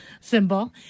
symbol